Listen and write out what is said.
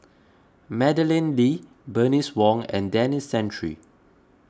Madeleine Lee Bernice Wong and Denis Santry